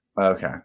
Okay